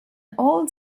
old